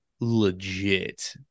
legit